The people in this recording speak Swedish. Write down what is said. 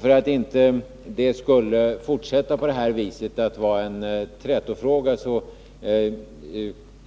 För att inte frågan skulle fortsätta att vara en trätofråga